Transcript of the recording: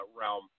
realm